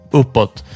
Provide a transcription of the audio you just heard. uppåt